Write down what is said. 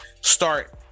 start